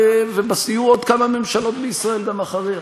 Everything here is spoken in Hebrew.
ויהיו עוד כמה ממשלות בישראל גם אחריה.